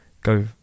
go